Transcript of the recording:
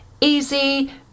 easy